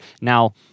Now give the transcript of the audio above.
Now